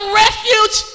refuge